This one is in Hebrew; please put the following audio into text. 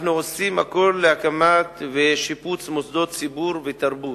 אנחנו עושים הכול להקמה ושיפוץ של מוסדות ציבור ותרבות,